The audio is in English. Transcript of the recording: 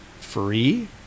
Free